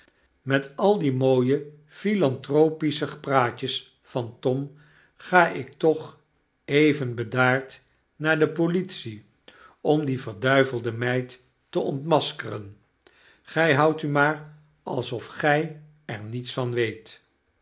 met al die mooie philanthropische praatjes van tom gaiktoch even bedaard naar de politie om die verduivelde meid te ontmaskeren gij houdt u maar alsof gij er niets van week